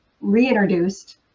reintroduced